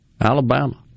Alabama